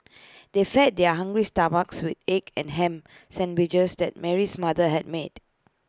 they fed their hungry stomachs with egg and Ham Sandwiches that Mary's mother had made